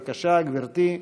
בבקשה, גברתי,